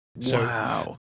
Wow